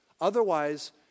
Otherwise